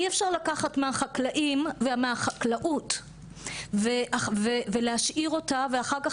אי אפשר לקחת מהחקלאים ומהחקלאות ולהשאיר אותה ואחר כך